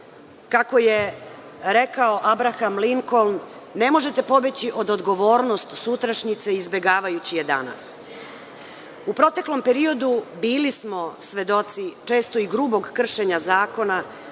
Kako je rekao Abraham Linkoln, ne možete pobeći od odgovornosti sutrašnjice izbegavajući je danas. U proteklom periodu bili smo svedoci često i grubog kršenja zakona